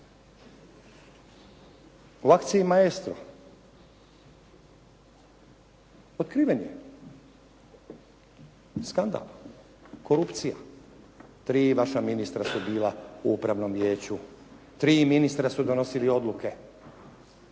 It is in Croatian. U akciji maestro, otkriven je, skandal, korupcija, tri vaša ministra su bila u upravnom vijeću, tri ministra su donosili odluke,